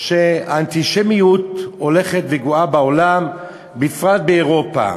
שהאנטישמיות הולכת וגואה בעולם, בפרט באירופה.